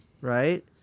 Right